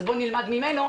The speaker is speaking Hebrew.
אז בוא נלמד ממנו.